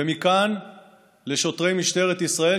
ומכאן לשוטרי משטרת ישראל,